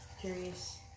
Curious